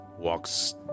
Walks